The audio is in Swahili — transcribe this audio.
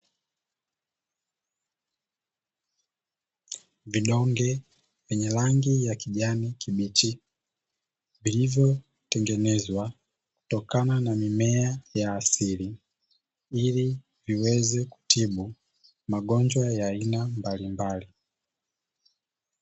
Vidonge vyenye rangi ya kijani kibichi vilivyotengenezwa kutokana na mimea ya asili ili viweze kutibu magonjwa ya aina mbalimbali.